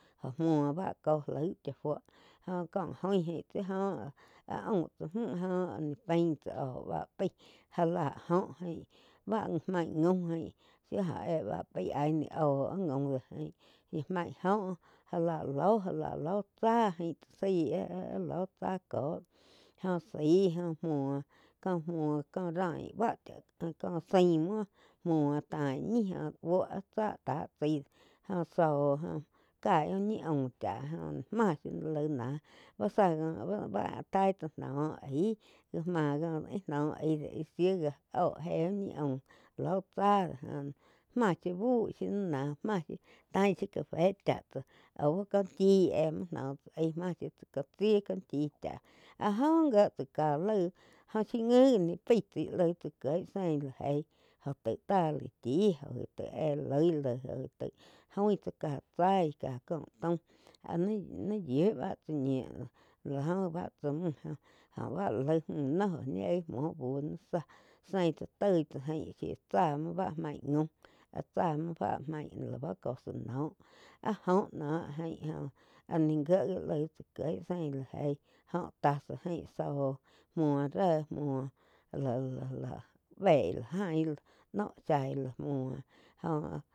Jo muo bá tó loi chá fuo jo có gin jain tsi jó áh aum tsá mju óh pain tsá oh báh pái já lá óh bá maig jaum tsi jó éh báj áig aí níh óh áh jaum do sí maig óh já láh lóh já la ló tsáh ain tsá zái áh-áh lóh tsá cóh go zái jo muo có muo bá cháh có zain muo, móh taín ñi jó buo áh tsáh tá chái doh, jós zo caih úh ñi aum cháh jí máh shiu laig náh záh joh báh taig chá noh aíh jáh máh íh noh aig do áig zí já óh éh úh ñi aum lóh cáh do joh náh máh shiu bíh shoi ni náh tain shiu café cháh tsáh aú có chi éh nóh chá aig máh tsa chíu có chi chá. Áh jog gíes tsáh cá laig jóh shiu ngi jih paig tsaí laig tsá quieg sein láh geí jóh taig tá chí joh, joh taig éh loi laig join tsá cá chai cáh cóhh taum áh ni yíu bá tsá ñiu láh joh bá tsá mju oh jo bá lá laig mu noh óh ñi éh gi muoh búh ni záh zein tsá toi tsá aing tsá muo bá maig jaum tsá muo bá la cosa noh áh joh noh áh jain áh ni gie gi laí tsá kieg zein la eih joh tzá ain zóhh muo réh muo bei la jain no zái muo joh.